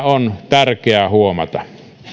tärkeää huomata